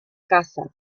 caza